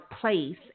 place